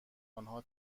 انها